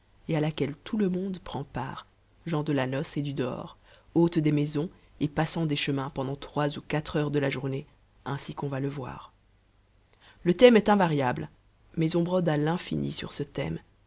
et à laquelle tout le monde prend part gens de la noce et du dehors hôtes des maisons et passants des chemins pendant trois ou quatre heures de la journée ainsi qu'on va le voir le thème est invariable mais on brode à l'infini sur ce thème